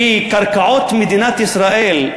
הן קרקעות מדינת ישראל,